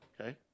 okay